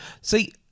see